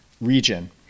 region